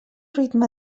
ritme